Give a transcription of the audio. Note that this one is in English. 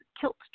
Kilt